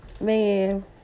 man